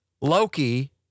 Loki